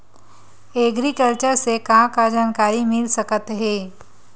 Agriculture से का का जानकारी मिल सकत हे?